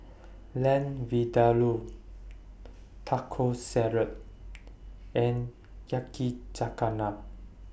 Lamb Vindaloo Taco Salad and Yakizakana